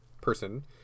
person